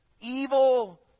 evil